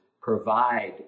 provide